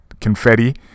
Confetti